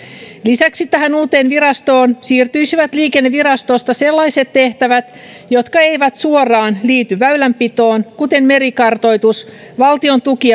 lisäksi tähän uuteen virastoon siirtyisivät liikennevirastosta sellaiset tehtävät jotka eivät suoraan liity väylänpitoon kuten merikartoitus valtiontuki